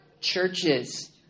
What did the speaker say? churches